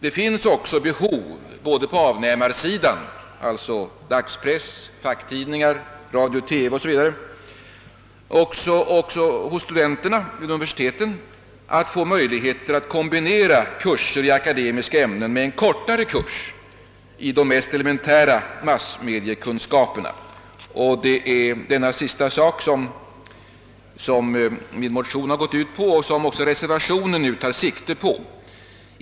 Det finns behov både på avnämarsidan — dagspress, facktidningar, radio och television — och hos studenterna vid universiteten att få möjlighet att kombinera kurser i akademiska ämnen med en kortare kurs i de mera elementära massmediakunskaperna. Det är det senast omnämnda som min motion har gått ut på och som reservationen nu tar sikte på.